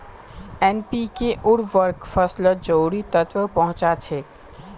NPK उर्वरक फसलत जरूरी तत्व पहुंचा छेक